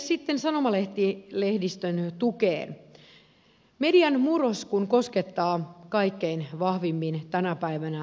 sitten sanomalehdistön tukeen median murros kun koskettaa kaikkein vahvimmin tänä päivänä lehdistöä